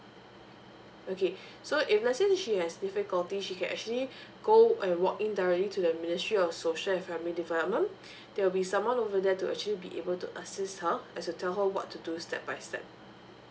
okay so if let's say she has difficulty she can actually go and walk in directly to the ministry of social and family development there'll be someone over there to actually be able to assist her as to her what to do step by step